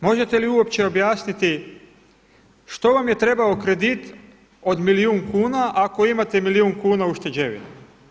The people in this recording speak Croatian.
Možete li uopće objasniti što vam je trebao kredit od milijun kuna ako imate milijun kuna ušteđevine?